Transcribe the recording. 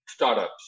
Startups